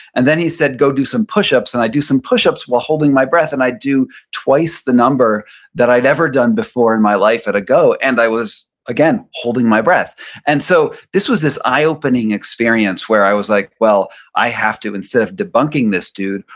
and then he said, go do some push-ups. and i do some push-ups while holding my breath and i do twice the number that i'd never done before in my life at go and i was again, holding my breath and so, this was this eye-opening experience, where i was like, well i have to, instead of debunking this dude,